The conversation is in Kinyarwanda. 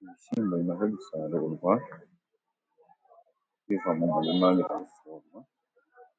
Ibishyimbo bimaze gusarurwa biva mu murima, aho byamaze